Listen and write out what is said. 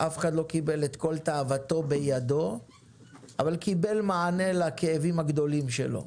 אף אחד לא קיבל את כל תאוותו אבל קיבל מענה לכאבים הגדולים שלו.